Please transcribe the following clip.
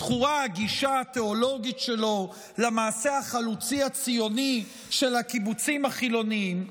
זכורה הגישה התיאולוגית שלו למעשה החלוצי הציוני של הקיבוצים החילוניים,